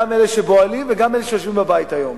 גם אלה שבאוהלים וגם אלה שיושבים בבית היום,